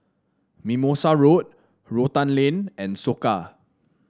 Mimosa Road Rotan Lane and Soka